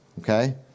okay